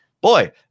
boy